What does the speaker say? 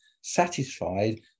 satisfied